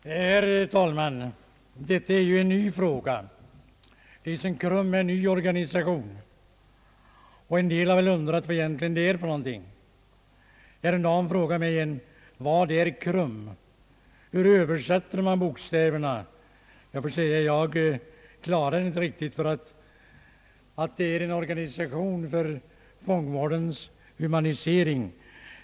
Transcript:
Herr talman! Detta är en ny fråga. KRUM är en ny organisation, och somliga har väl undrat vad det är för någonting. Härom dagen blev jag tillfrågad: Vad är KRUM? Hur översätter man de bokstäverna? Jag får säga att jag klarar det inte riktigt. Men jag vet att det är en organisation för fångvårdens humanisering.